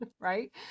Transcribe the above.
right